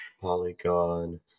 Polygon